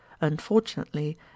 unfortunately